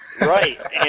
Right